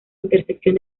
intersección